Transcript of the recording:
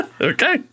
Okay